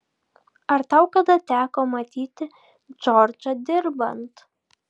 ar tau kada teko matyti džordžą dirbant